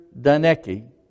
Danecki